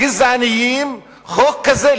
גזעניים חוק כזה,